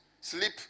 sleep